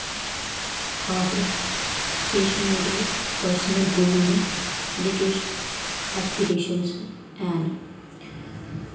आहो किश मेरे पर्सनल गोल न ते किश एस्पिरेशनज हैन